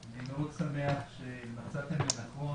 אני מאוד שמח שבתקופה כזאת בחרתם לעשות דיון כזה.